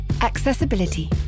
Accessibility